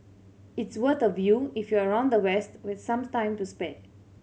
it's worth a view if you're around the west with some time to spare